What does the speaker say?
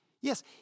Yes